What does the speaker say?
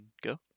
go